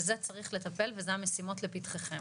בזה צריך לטפל' וזה המשימות לפתחכם?